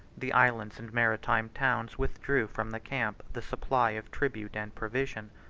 the islands and maritime towns withdrew from the camp the supply of tribute and provision.